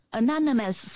anonymous